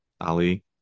Ali